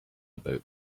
about